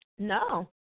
No